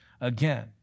Again